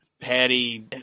Patty